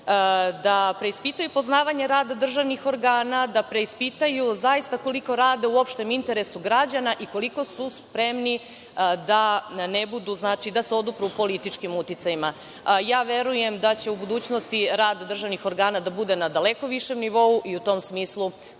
da preispitaju poznavanje rada državnih organa, da preispitaju zaista koliko rade u opštem interesu građana i koliko su spremni da se odupru političkim uticajima. Verujem da će u budućnosti rad državnih organa biti na daleko višem nivou i u tom smislu